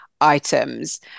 items